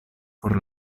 por